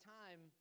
time